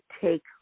take